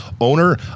owner